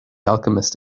alchemist